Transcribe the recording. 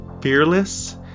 fearless